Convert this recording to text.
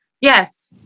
Yes